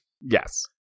Yes